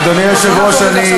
חמש דקות, אדוני, לרשותך.